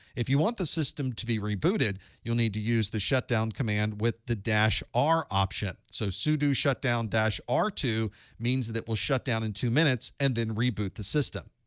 if you want the system to be rebooted, you'll need to use the shutdown command with the dash r option. so sudo shutdown dash r two means that it will shut down in two minutes and then reboot the system.